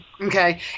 Okay